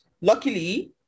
luckily